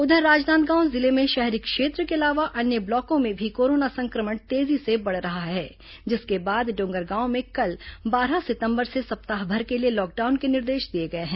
उधर राजनांदगांव जिलें में शहरी क्षेत्र के अलावा अन्य ब्लॉकों में भी कोरोना संक्रमण तेजी से बढ़ रहा है जिसके बाद डॉगरगांव में कल बारह सितंबर से सप्ताहभर के लिए लॉकडाउन के निर्देश दिए गए हैं